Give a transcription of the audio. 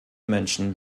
menschen